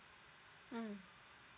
mm